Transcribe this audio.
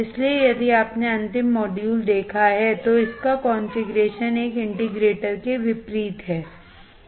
इसलिए यदि आपने अंतिम मॉड्यूल देखा है तो इसका कॉन्फ़िगरेशन एक इंटीग्रेटर के विपरीत है